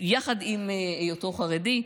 יחד עם היותו חרדי.